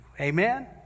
Amen